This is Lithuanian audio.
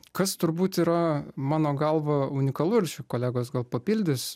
kas turbūt yra mano galva unikalu ir š kolegos gal papildys